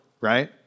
right